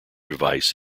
device